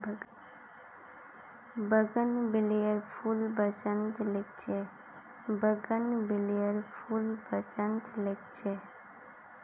बोगनवेलियार फूल बसंतत खिल छेक